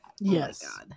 yes